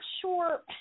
sure